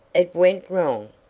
it went wrong,